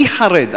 אני חרד.